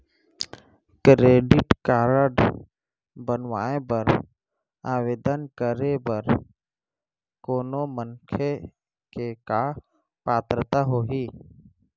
Credit card बनवाए बर आवेदन करे बर कोनो मनखे के का पात्रता होही?